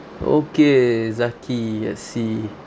okay zakhi I see